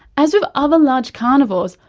as with other large carnivores,